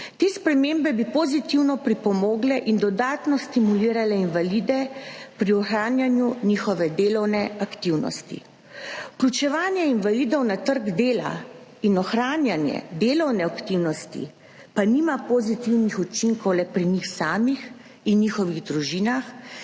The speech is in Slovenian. Te spremembe bi pozitivno pripomogle in dodatno stimulirale invalide pri ohranjanju njihove delovne aktivnosti. Vključevanje invalidov na trg dela in ohranjanje delovne aktivnosti pa nima pozitivnih učinkov le na njih samih in njihovih družinah,